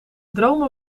dromen